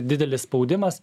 didelis spaudimas